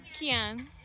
Kian